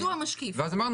ואז אמרנו,